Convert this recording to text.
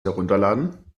herunterladen